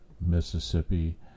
mississippi